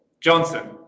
Johnson